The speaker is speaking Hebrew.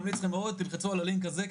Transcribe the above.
ממליץ לכם מאוד תלחצו על הלינק הזה,